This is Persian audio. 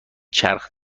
چرخ